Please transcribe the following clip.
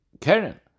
Karen